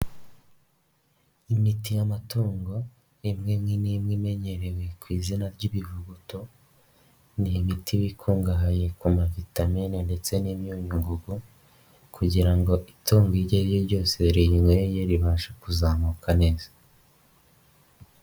Imiti y'amatungo imwe n'imwe imenyerewe ku izina ry'ibivuguto, ni imiti bikungahaye ku ma vitamine ndetse n'imyunyungugu kugira ngo itungo iryo ari ryo ryose riyinyweye ribashe kuzamuka neza.